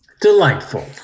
Delightful